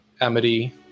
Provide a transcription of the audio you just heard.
Amity